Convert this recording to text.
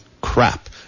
crap